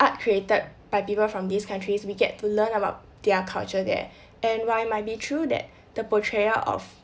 art created by people from these countries we get to learn about their culture there and while it might be true that the portrayal of